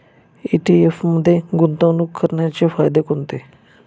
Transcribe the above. ETF मध्ये गुंतवणूक करण्याचे फायदे कोणते?